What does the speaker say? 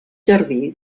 jardí